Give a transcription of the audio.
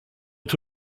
est